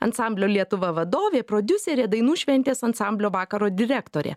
ansamblio lietuva vadovė prodiuserė dainų šventės ansamblių vakaro direktorė